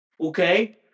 Okay